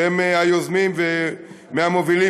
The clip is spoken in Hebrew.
שהם היוזמים ומהמובילים,